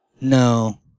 No